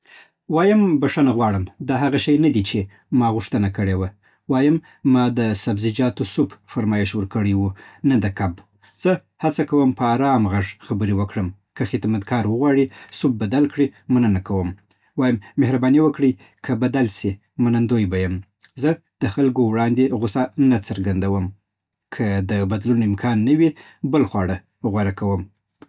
وایم: بښنه غواړم، دا هغه شی نه دی چې ما غوښتنه کړې وه. وایم: ما د سبزیجاتو سوپ فرمایش ورکړی و، نه د کب. زه هڅه کوم په ارام غږ خبرې وکړم. که خدمتګار وغواړي، سوپ بدل کړي، مننه کوم. وایم: مهرباني وکړئ، که بدل سي، منندوی به یم. زه د خلکو وړاندې غوسه نه څرګندوم. که د بدلون امکان نه وي، بل خواړه غوره کوم